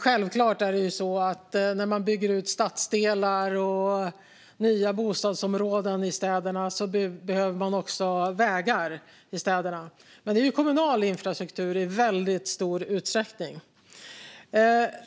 När man bygger ut stadsdelar och nya bostadsområden i städerna behövs det självfallet också vägar där, men det är kommunal infrastruktur i väldigt stor utsträckning.